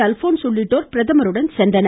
அல்போன்ஸ் உள்ளிட்டோர் பிரதமருடன் சென்றனர்